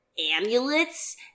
Amulets